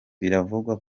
biravugwa